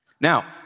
Now